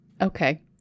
okay